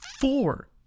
four